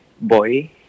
boy